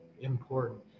important